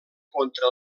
contra